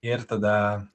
ir tada